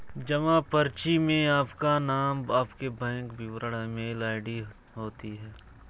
जमा पर्ची में आपका नाम, आपके बैंक विवरण और ईमेल आई.डी होती है